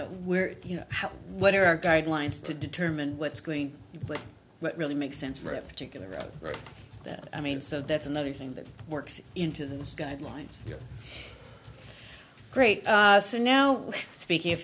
know where you know how what are our guidelines to determine what's going on but what really makes sense right particular that i mean so that's another thing that works into those guidelines great so now speaking of